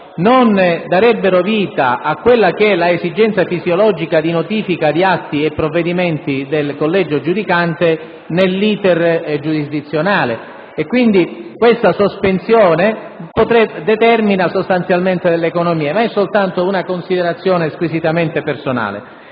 non darebbero vita a quella che è l'esigenza fisiologica di notifica di atti e di provvedimenti del collegio giudicante nell'*iter* giurisdizionale. Quindi, questa sospensione potrebbe determinare sostanzialmente delle economie. Ma è soltanto una considerazione squisitamente personale.